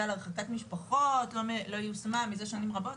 להרחקת משפחות לא יושמה במשך שנים רבות,